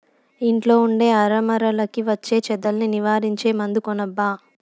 ఇంట్లో ఉండే అరమరలకి వచ్చే చెదల్ని నివారించే మందు కొనబ్బా